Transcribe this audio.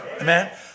Amen